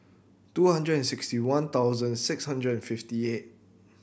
two hundred and sixty one thousand six hundred and fifty eight